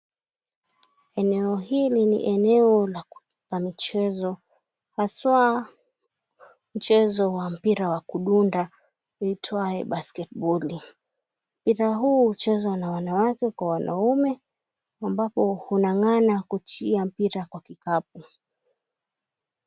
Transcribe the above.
Eneo hili ni eneo la michezo, haswa mchezo wa mpira wa kudunda uitwaye basketiboli. Mpira huu mchezo na wanawake kwa wanaume ambapo, hungangana kutia mpira kwa kikapu.